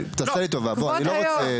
תעשה לי טובה, בוא, אני לא רוצה.